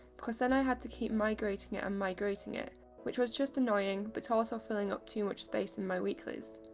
because then i had to keep migrating it and um migrating it which was just annoying but also filling up too much space in my weeklies.